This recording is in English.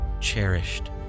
cherished